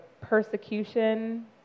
persecution